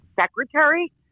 secretary